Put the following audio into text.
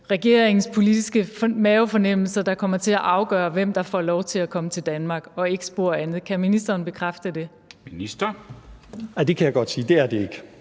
regeringens politiske mavefornemmelser, der kommer til at afgøre, hvem der får lov til at komme til Danmark, og ikke spor andet. Kan ministeren bekræfte det? Kl. 14:11 Formanden (Henrik Dam Kristensen):